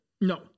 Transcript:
No